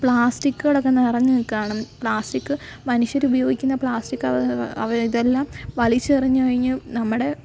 പ്ലാസ്റ്റിക്കുകളൊക്കെ നിറഞ്ഞു നിൽക്കുകയാണ് പ്ലാസ്റ്റിക് മനുഷ്യർ ഉപയോഗിക്കുന്ന പ്ലാസ്റ്റിക് കവറ് ഇതെല്ലാം വലിച്ച് എറിഞ്ഞു കഴിഞ്ഞു നമ്മുടെ